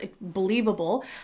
Believable